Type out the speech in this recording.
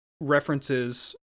references